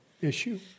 issue